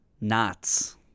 Knots